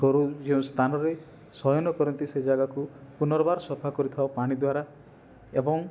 ଗୋରୁ ଯେଉଁ ସ୍ଥାନରେ ଶୟନ କରନ୍ତି ସେ ଜାଗାକୁ ପୁନର୍ବାର ସଫା କରିଥାଉ ପାଣିଦ୍ଵାରା ଏବଂ